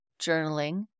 journaling